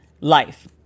life